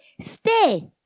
stay